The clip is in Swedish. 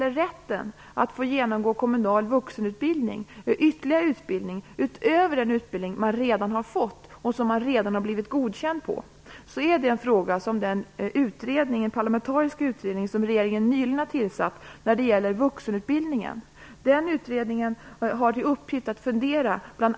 Rätten att få genomgå kommunal vuxenutbildning och ytterligare utbildning utöver den man redan har fått och blivit godkänd på är en fråga som den parlamentariska utredning om vuxenutbildningen regeringen nyligen tillsatt bl.a. har till uppgift att fundera över.